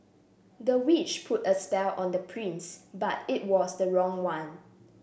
the witch put a spell on the prince but it was the wrong one